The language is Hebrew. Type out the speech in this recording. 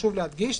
שחשוב להדגיש,